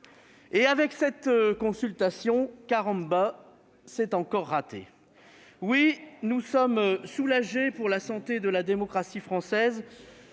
avec cette consultation, « caramba, c'est encore raté !» Oui, nous sommes soulagés pour la santé de la démocratie française.